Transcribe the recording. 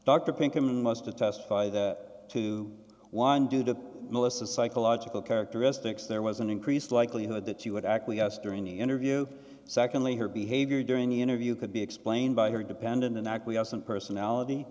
must to testify that to wine due to melissa psychological characteristics there was an increased likelihood that she would acquiesced during the interview secondly her behavior during the interview could be explained by her dependent and acquiescent personality